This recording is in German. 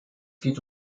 geht